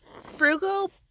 Frugal